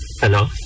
hello